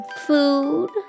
Food